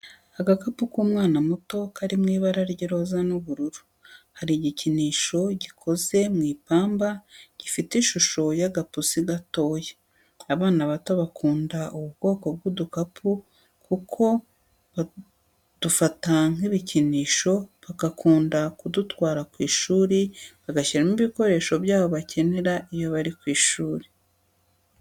Agakapu k'umwana muto kari mu ibara ry'iroza n'ubururu, hari igikinisho gikoze mu ipamba gifite ishusho y'agapusi gatoya, abana bato bakunda ubu kwoko bw'udukapu kuko badufata nk'ibikinisho bagakunda kudutwara ku ishuri bagashyiramo ibikoresho byabo bakenera iyo bari ku ishuri.